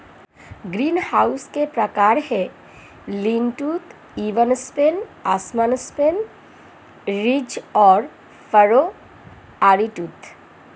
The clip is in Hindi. ग्रीनहाउस के प्रकार है, लीन टू, इवन स्पेन, असमान स्पेन, रिज और फरो, आरीटूथ